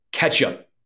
Ketchup